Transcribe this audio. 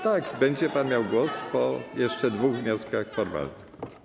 Tak, będzie pan miał głos po jeszcze dwóch wnioskach formalnych.